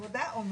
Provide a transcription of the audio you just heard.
לחלופין ב'.